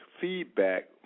feedback